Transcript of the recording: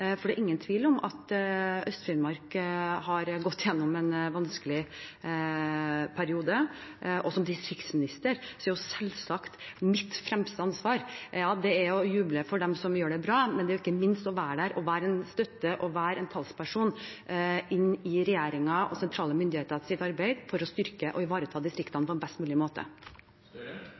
for det er ingen tvil om at Øst-Finnmark har gått gjennom en vanskelig periode. Som distriktsminister er mitt fremste ansvar selvsagt å juble for dem som gjør det bra, men ikke minst også å være der og være en støtte og en talsperson i regjeringens og sentrale myndigheters arbeid for å styrke og ivareta distriktene på en best mulig måte.